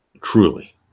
truly